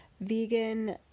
vegan